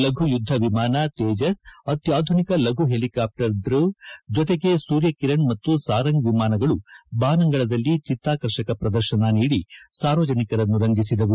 ಲಘು ಯುದ್ದ ವಿಮಾನ ತೇಜಸ್ ಅತ್ಯಾಧುನಿಕ ಲಘು ಹೆಲಿಕ್ಸಾಪ್ಲರ್ ಧ್ವವ್ ಜೊತೆಗೆ ಸೂರ್ಯ ಕಿರಣ್ ಮತ್ತು ಸಾರಂಗ್ ವಿಮಾನಗಳು ಬಾನಂಗಳಲ್ಲಿ ಚಿತ್ತಾಕರ್ಷಕ ಪ್ರದರ್ಶನ ನೀಡಿ ಸಾರ್ವಜನಿಕರನ್ನು ರಂಜಿಸಿದವು